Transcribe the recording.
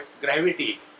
gravity